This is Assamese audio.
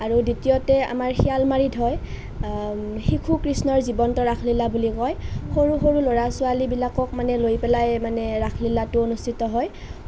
আৰু দ্বিতীয়তে আমাৰ শিয়ালমাৰীত হয় শিশু কৃষ্ণৰ জীৱন্ত ৰাসলীলা বুলি কয় সৰু সৰু ল'ৰা ছোৱালীবিলাকক মানে লৈ পেলাই মানে ৰাসলীলাটো অনুষ্ঠিত হয়